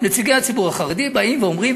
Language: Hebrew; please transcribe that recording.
נציגי הציבור החרדי באים ואומרים,